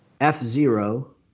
F-Zero